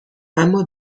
اما